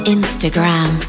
Instagram